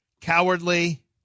cowardly